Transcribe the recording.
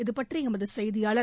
இதுபற்றி எமது செய்தியாளர்